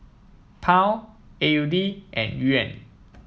Pound A U D and Yuan